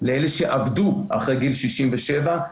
לאלה שעבדו אחרי גיל 67,